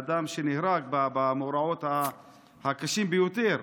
בן אדם שנהרג במאורעות הקשים ביותר.